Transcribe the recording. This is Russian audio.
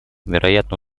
вероятно